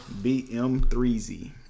BM3Z